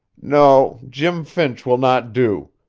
no, jim finch will not do.